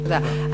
תודה.